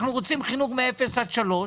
אנחנו רוצים חינוך מאפס עד שלוש,